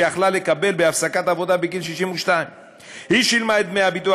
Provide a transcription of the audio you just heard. שיכלה לקבל בהפסקת עבודה בגיל 62. היא שילמה את דמי הביטוח